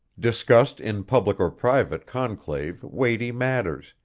discussed in public or private conclave weighty matters,